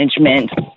management